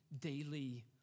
daily